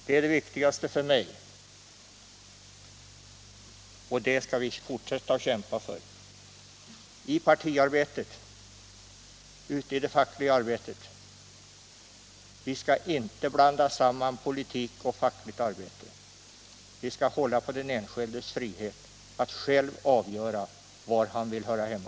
Det skall vi fortsätta att kämpa för i partiarbetet och ute i det fackliga arbetet. Vi skall inte blanda samman 100 politik och fackligt arbete. Vi skall hålla på den enskildes frihet att själv avgöra var han vill höra hemma.